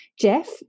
Jeff